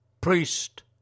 Priest